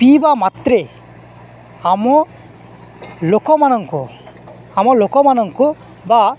ପିଇବା ମାତ୍ରେ ଆମ ଲୋକମାନଙ୍କୁ ଆମ ଲୋକମାନଙ୍କୁ ବା